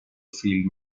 field